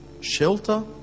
shelter